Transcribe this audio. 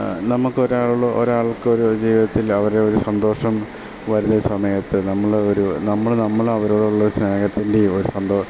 നമുക്ക് ഒരാളോ ഒരാൾക്ക് ഒരു ജീവിതത്തിൽ അവരെ ഒരു സന്തോഷം വരുന്ന സമയത്ത് നമ്മൾ ഒരു നമ്മൾ നമ്മൾ അവരോടുള്ള ഒരു സ്നേഹത്തിൻ്റെയും ഒരു സന്തോഷം